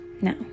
Now